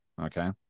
Okay